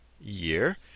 year